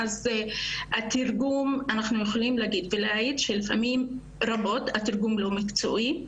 אז אנחנו יכולות להגיד ולהעיד שפעמים רבות התרגום לא מקצועי,